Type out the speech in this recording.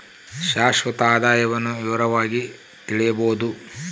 ಶಾಶ್ವತ ಆದಾಯವನ್ನು ವಿವರವಾಗಿ ತಿಳಿಯಬೊದು